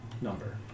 number